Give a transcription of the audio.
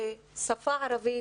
זה שפה ערבית